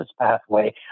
pathway